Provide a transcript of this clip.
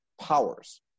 powers